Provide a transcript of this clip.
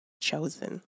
chosen